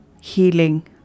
healing